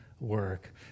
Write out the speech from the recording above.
work